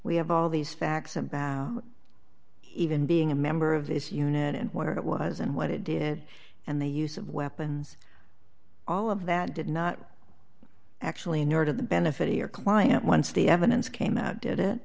we have all these facts about even being a member of this unit and what it was and what it did and the use of weapons all of that did not actually nor did the benefit of your client once the evidence came that did it